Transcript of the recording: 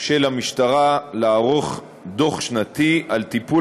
של המשטרה לערוך דוח שנתי על טיפול